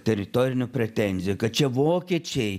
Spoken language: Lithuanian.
teritorinių pretenzijų kad čia vokiečiai